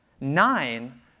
Nine